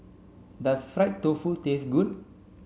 does fried tofu taste good